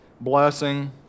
blessing